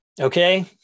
Okay